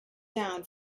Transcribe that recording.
down